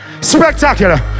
spectacular